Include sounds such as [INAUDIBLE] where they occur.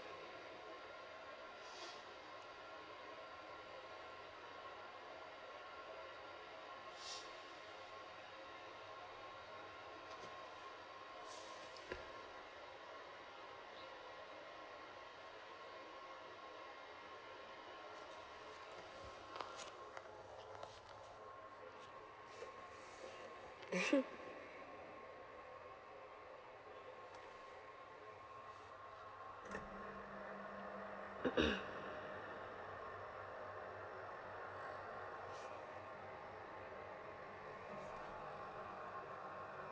[LAUGHS] [NOISE]